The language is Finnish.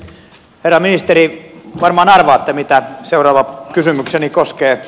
herra ministeri varmaan arvaatte mitä seuraava kysymykseni koskee